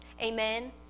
Amen